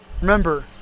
remember